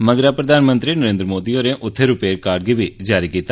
मगरा प्रधानमंत्री नरेन्द्र मोदी होरें उत्थे रुपे कार्ड गी बी जारी कीता